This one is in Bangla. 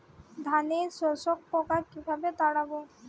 ধানে শোষক পোকা কিভাবে তাড়াব?